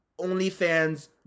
OnlyFans